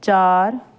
ਚਾਰ